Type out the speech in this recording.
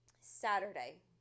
Saturday